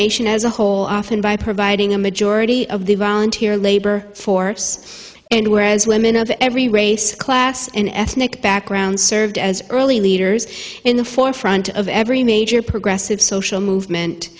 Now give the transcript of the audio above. nation as a whole often by providing a majority of the volunteer labor force and whereas women of every race class and ethnic background served as early leaders in the forefront of every major progressive social movement